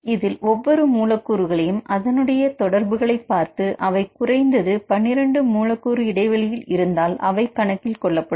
இதில் ஒவ்வொரு மூலக் கூறுகளையும் அதனுடைய தொடர்புகளை பார்த்து அவை குறைந்தது 12 மூலக்கூறு இடைவெளியில் இருந்தால் அவை கணக்கில் கொள்ளப்படும்